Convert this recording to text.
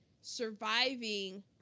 surviving